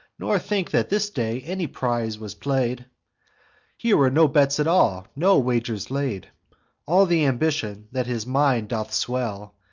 nor think that this day any prize was play'd here were no bets at all, no wagers laid all the ambition that his mind doth swell,